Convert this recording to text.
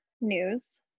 news